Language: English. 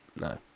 No